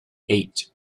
eight